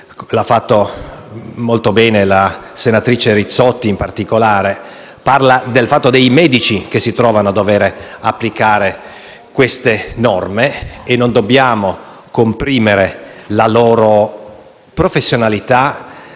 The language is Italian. ha fatto molto bene la senatrice Rizzotti, in particolare - parlano dei medici che si trovano a dover applicare queste norme: non dobbiamo comprimere la loro professionalità,